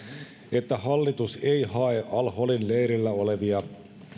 että hallitus ei hae al holin leirillä olevia